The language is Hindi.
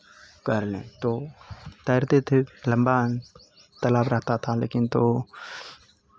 कर लें तो तैरते थे लंबा तालाब रहता था लेकिन तो